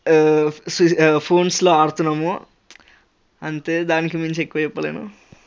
ఫోన్స్లో ఆడుతున్నాము అంటే దానికి మించి ఎక్కువ చెప్పలేను